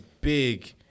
big-